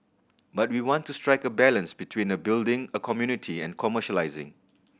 but we want to strike a balance between building a community and commercialising